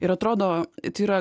ir atrodo ty ra